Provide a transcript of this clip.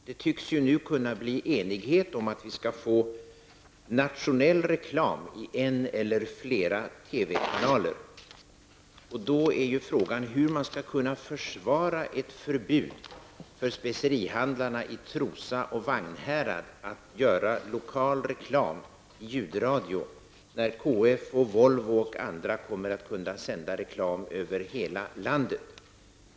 Det tycks nu kunna bli enighet om att det skall bli tillåtet med nationell reklam i en eller fler TV-kanaler. Då är frågan hur man skall kunna försvara ett förbud för specerihandlarna i Trosa och Volvo och andra företag kommer att kunna göra reklam som sänds ut över hela landet.